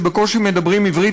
שבקושי מדברים עברית,